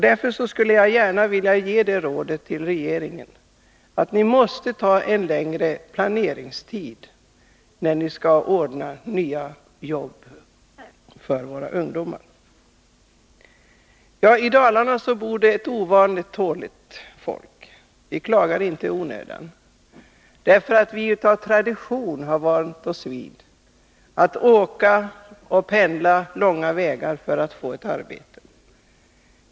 Därför skulle jag vilja ge regeringen rådet att tänka på att det behövs längre planeringstid när jobb skall ordnas för våra ungdomar. I Dalarna bor ett ovanligt tåligt folk. Vi klagar inte i onödan. Av tradition har vi vant oss vid att pendla långa vägar för att få arbete.